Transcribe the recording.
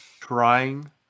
trying